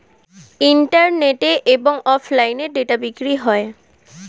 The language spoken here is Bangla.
ইন্টারনেটে এবং অফলাইনে ডেটা বিক্রি হয়